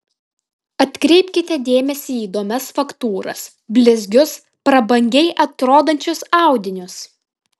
atkreipkite dėmesį į įdomias faktūras blizgius prabangiai atrodančius audinius